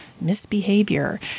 misbehavior